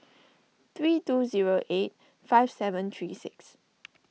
three two zero eight five seven three six